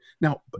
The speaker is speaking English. Now